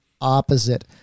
opposite